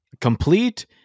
complete